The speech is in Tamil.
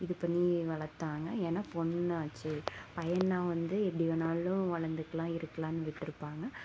இது பண்ணி வளர்த்தாங்க ஏன்னால் பொண்ணாச்சே பையன்னால் வந்து எப்படி வேணாலும் வளர்ந்துக்குலாம் இருக்கலாம்னு விட்டிருப்பாங்க